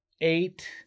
eight